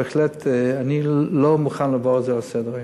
בהחלט, אני לא מוכן לעבור על זה לסדר-היום.